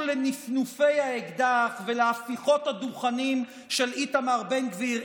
לנפנופי האקדח ולהפיכות הדוכנים של איתמר בן גביר.